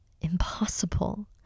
Impossible